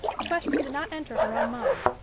the question did not enter her own mind,